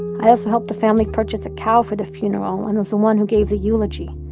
i also helped the family purchase a cow for the funeral and was the one who gave the eulogy.